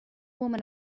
woman